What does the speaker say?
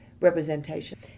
representation